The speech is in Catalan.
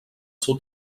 seu